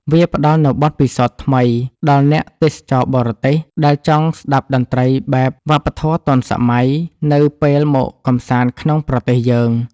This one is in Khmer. វាផ្ដល់នូវបទពិសោធន៍ថ្មីដល់អ្នកទេសចរបរទេស ដែលចង់ស្ដាប់តន្ត្រីបែប វប្បធម៌ទាន់សម័យ នៅពេលមកកម្សាន្តក្នុងប្រទេសយើង។